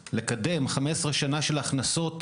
לקדם 15 שנים של הכנסות